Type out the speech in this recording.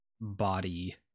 body